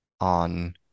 on